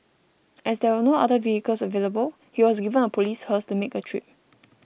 as there were no other vehicles available he was given a police hearse to make the trip